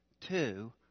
Two